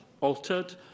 altered